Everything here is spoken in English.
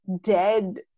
dead